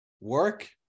work